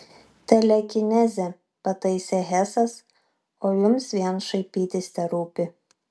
telekinezė pataisė hesas o jums vien šaipytis terūpi